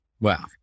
Wow